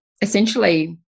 essentially